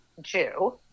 Jew